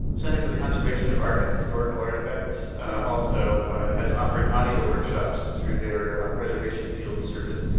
center for the conservation of art and historical artifacts also has offered audio workshops through their preservation field service,